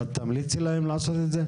את תמליצי להם לעשות את זה?